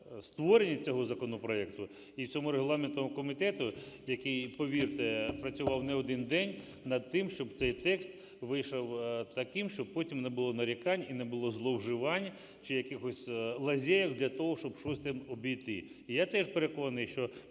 створення цього законопроекту, і цьому регламентному комітету, який, повірте, працював не один день над тим, щоб цей текст вийшов таким, щоб не було нарікань і не було зловживань чи якихось лазєйок для того, щоб щось там обійти. І я теж переконаний, що